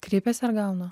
kreipiasi ar gauna